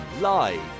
live